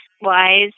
wise